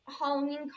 Halloween